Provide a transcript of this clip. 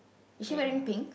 is she wearing pink